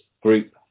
group